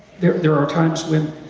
there there are times when